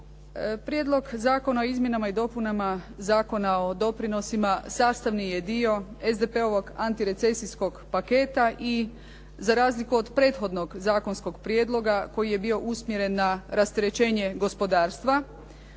Prijedlog zakona o izmjenama i dopunama Zakona o doprinosima sastavni je dio SDP-ovog antirecesijskog paketa i za razliku od prethodnog zakonskog prijedloga koji je bio usmjeren na rasterećenje gospodarstva